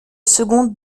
second